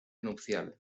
nupcial